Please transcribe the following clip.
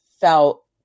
felt